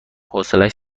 حوصلش